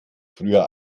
früher